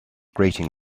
grating